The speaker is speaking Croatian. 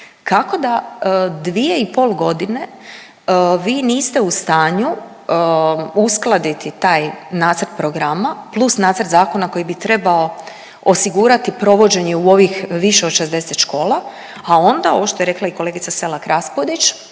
kako da 2,5 godine vi niste u stanju uskladiti taj nacrt programa plus nacrt zakona koji bi trebao osigurati provođenje u ovih više od 60 škola, a onda ovo što je rekla i kolegica Selak Raspudić